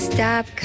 Stop